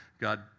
God